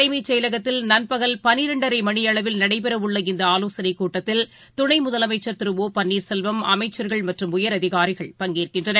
தலைம்செயலகத்தில் நண்பகல் பனிரெண்டரைமணியளவில் நடைபெறஉள்ள இந்தஆலோசனைக் கூட்டத்தில் துணைமுதலமைச்சா் திரு ஒ பன்னீர்செல்வம் அமைச்சா்கள் மற்றும் உயர் அதிகாரிகள் பங்கேற்கின்றனர்